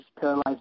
paralyzed